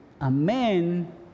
amen